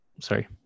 sorry